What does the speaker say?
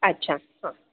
आच्छा हां